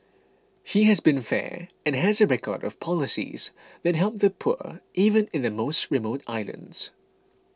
he has been fair and has a record of policies that help the poor even in the most remote islands